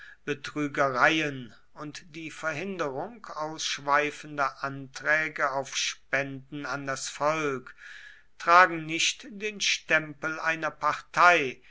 betrügereien und die verhinderung ausschweifender anträge auf spenden an das volk tragen nicht den stempel einer partei